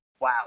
Wow